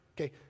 okay